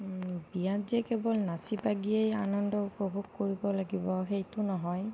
বিয়াত যে কেৱল নাচি বাগিয়েই আনন্দ উপভোগ কৰিব লাগিব সেইটো নহয়